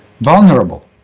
vulnerable